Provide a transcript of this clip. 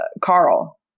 Carl